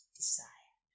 desire